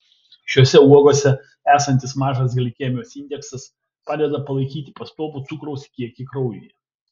šiose uogose esantis mažas glikemijos indeksas padeda palaikyti pastovų cukraus kiekį kraujyje